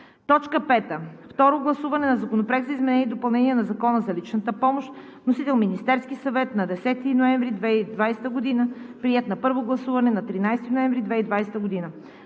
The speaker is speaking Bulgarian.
г. 5. Второ гласуване на Законопроекта за изменение и допълнение на Закона за личната помощ. Вносител – Министерският съвет на 10 ноември 2020 г. Приет на първо гласуване на 13 ноември 2020 г.